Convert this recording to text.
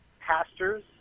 pastors